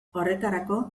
horretarako